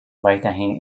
weiterhin